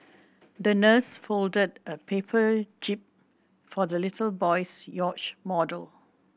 the nurse folded a paper jib for the little boy's yacht model